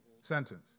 sentence